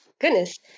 goodness